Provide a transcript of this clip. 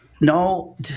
No